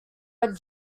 but